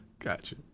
Gotcha